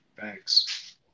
Thanks